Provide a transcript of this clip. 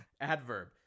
Adverb